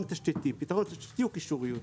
תשתיתי ופתרון תשתיתי הוא קישוריות.